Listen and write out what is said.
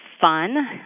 Fun